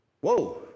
Whoa